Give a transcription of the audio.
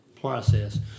process